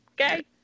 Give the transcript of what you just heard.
okay